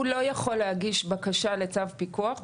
הוא לא יכול להגיש בקשה לצו פיקוח.